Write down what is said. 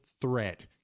threat